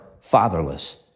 fatherless